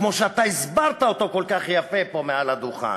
כמו שאתה הסברת אותו כל כך יפה פה מעל הדוכן?